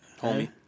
homie